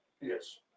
Yes